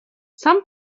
some